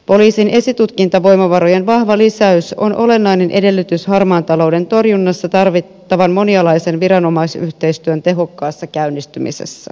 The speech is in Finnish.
poliisin esitutkintavoimavarojen vahva lisäys on olennainen edellytys harmaan talouden torjunnassa tarvittavan monialaisen viranomaisyhteistyön tehokkaassa käynnistymisessä